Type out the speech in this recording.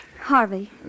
Harvey